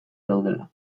daudela